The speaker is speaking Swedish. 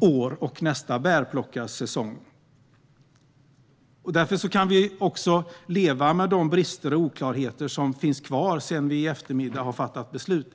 års bärplockningssäsong. Därför kan vi också leva med de brister och oklarheter som finns kvar efter att vi i eftermiddag har fattat beslut.